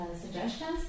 suggestions